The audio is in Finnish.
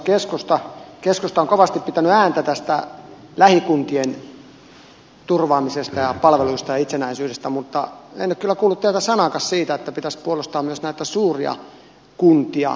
keskusta on kovasti pitänyt ääntä tästä lähikuntien turvaamisesta ja palveluista ja itsenäisyydestä mutta en ole kyllä kuullut teiltä sanaakaan siitä että pitäisi puolustaa myös näitä suuria kuntia